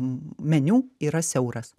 meniu yra siauras